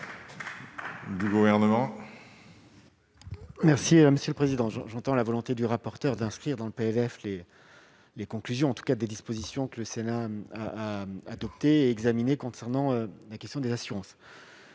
Merci monsieur le Président, j'entends la volonté du rapporteur d'inscrire dans le PLF Les les conclusions en tous cas des dispositions que le Sénat a adopté examiner concernant la question des assurances,